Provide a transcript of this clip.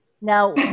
Now